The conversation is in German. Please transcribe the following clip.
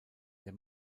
der